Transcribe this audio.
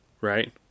right